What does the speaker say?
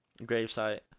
gravesite